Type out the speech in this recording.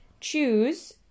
Choose